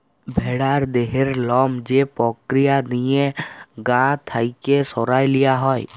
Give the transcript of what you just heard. ভেড়ার দেহের লম যে পক্রিয়া দিঁয়ে গা থ্যাইকে সরাঁয় লিয়া হ্যয়